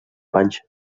panxa